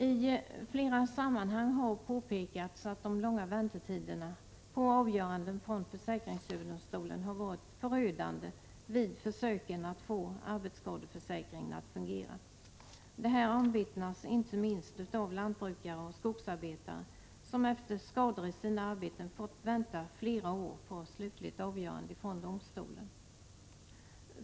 I flera sammanhang har påpekats att den långa väntan på avgöranden från försäkringsöverdomstolen har varit förödande vid försöken att få arbetsskadesförsäkringen att fungera. Detta omvittnas inte minst av lantbrukare och skogsarbetare som efter skador i sina arbeten fått vänta flera år på ett slutligt avgörande från domstolen.